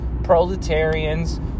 proletarians